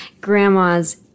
Grandma's